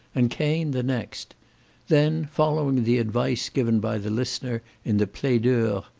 and cain the next then, following the advice given by the listener, in the plaideurs,